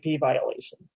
violation